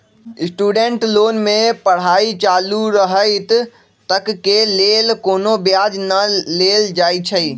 student loan में पढ़ाई चालू रहइत तक के लेल कोनो ब्याज न लेल जाइ छइ